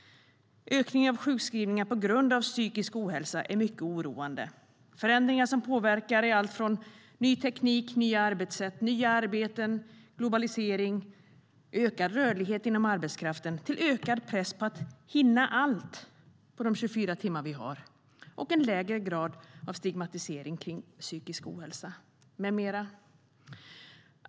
Ökningen av sjukskrivningar på grund av psykisk ohälsa är mycket oroande. Förändringar som påverkar är allt från ny teknik, nya arbetssätt, nya arbeten, globalisering och ökad rörlighet inom arbetskraften till ökad press på att "hinna allt" på de 24 timmar vi har och en lägre grad av stigmatisering kring psykisk ohälsa med mera.